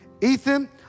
Ethan